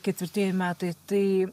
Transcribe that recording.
ketvirtieji metai tai